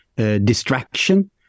Distraction